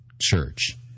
church